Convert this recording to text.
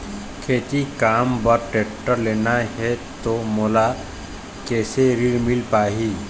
खेती काम बर टेक्टर लेना ही त मोला कैसे ऋण मिल पाही?